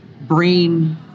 brain